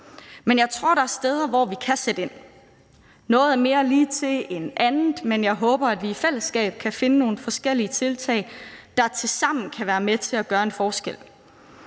Men jeg tror, der er steder, hvor vi kan sætte ind. Noget er mere ligetil end andet, men jeg håber, at vi i fællesskab kan finde nogle forskellige tiltag, der tilsammen kan være med til at gøre en forskel.